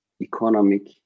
economic